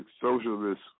socialist